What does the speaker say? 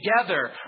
together